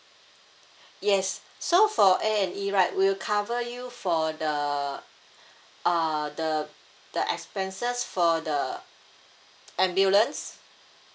yes so for A&E right we'll cover you for the uh the the expenses for the ambulance